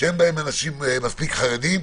שאין בהם מספיק חרדים,